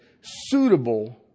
suitable